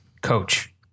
coach